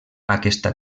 aquesta